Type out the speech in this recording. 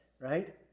right